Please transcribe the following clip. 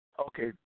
Okay